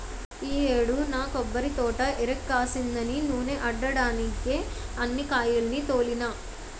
ఈ యేడు నా కొబ్బరితోట ఇరక్కాసిందని నూనే ఆడడ్డానికే అన్ని కాయాల్ని తోలినా